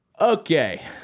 Okay